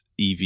ev